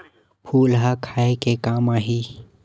फूल ह खाये के काम आही?